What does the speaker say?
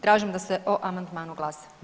Tražim da se o amandmanu glasa.